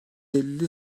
elli